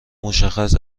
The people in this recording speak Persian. مشخص